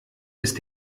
ist